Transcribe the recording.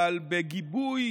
אבל בגיבוי,